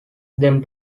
them